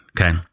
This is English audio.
Okay